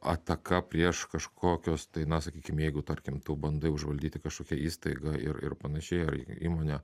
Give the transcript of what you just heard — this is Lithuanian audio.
ataka prieš kažkokios tai na sakykim jeigu tarkim tu bandai užvaldyti kažkokią įstaigą ir ir panašiai ar įmonę